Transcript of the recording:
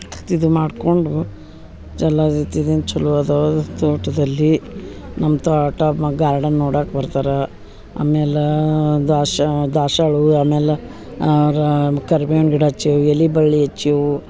ಇದು ಮಾಡಿಕೊಂಡು ಜಲ್ಲ ರೀತಿದಿಂದ ಚಲೋ ಅದಾವ ತೋಟದಲ್ಲಿ ನಮ್ಮ ತೋಟ ಮ ಗಾರ್ಡನ್ ನೋಡಕ್ಕ ಬರ್ತಾರೆ ಆಮೇಲೆ ದಾಶಾ ದಾಸ್ವಾಳ ಹೂ ಆಮೇಲೆ ರಾ ಕರ್ಬೇವಿನ ಗಿಡ ಹಚ್ಚೇವ್ ಎಲೆ ಬಳ್ಳಿ ಹಚ್ಚೇವು